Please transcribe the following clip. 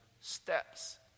steps